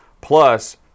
Plus